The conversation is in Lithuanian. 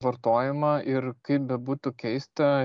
vartojimą ir kaip bebūtų keista